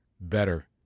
better